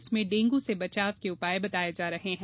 इसमें डेंगू से बचाव के उपाय बताए जा रहे हैं